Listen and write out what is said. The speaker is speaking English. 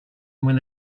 when